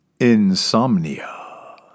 insomnia